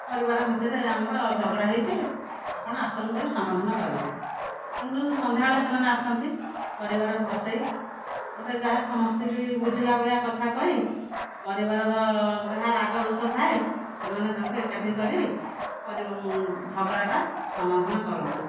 ପରିବାର ଭିତରେ ଆମର ଝଗଡ଼ା ହୋଇଛି ଆପଣ ଆସନ୍ତୁ ଟିକିଏ ସମାଧାନ କରିବେ ତେଣୁକରି ସନ୍ଧ୍ୟାବେଳେ ସେମାନେ ଆସନ୍ତି ପରିବାରକୁ ବସାଇ ଗୋଟିଏ ଯାହା ସମସ୍ତଙ୍କୁ ବୁଝିଲା ଭଳିଆ କଥା କହି ପରିବାରର ଯାହା ରାଗରୁଷା ଥାଏ ସେମାନେ ତାଙ୍କୁ ଏକାଠି କରି ଝଗଡ଼ାଟା ସମାଧାନ କରନ୍ତି